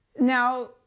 Now